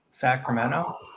Sacramento